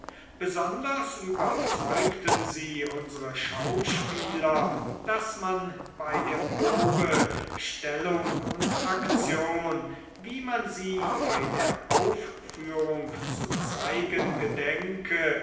besonders überzeugten sie unsre schauspieler daß man bei der probe stellung und aktion wie man sie bei der aufführung zu zeigen gedenke